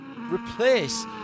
replace